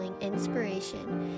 inspiration